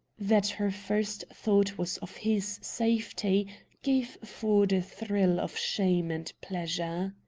that her first thought was of his safety gave ford a thrill of shame and pleasure.